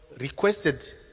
requested